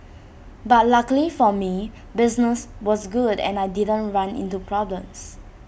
but luckily for me business was good and I didn't run into problems